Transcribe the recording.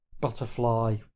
butterfly